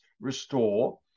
restore